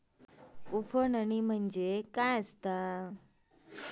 उफणणी म्हणजे काय असतां?